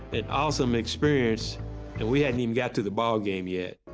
an awesome experience, and we hadn't even got to the ballgame yet.